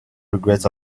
regrets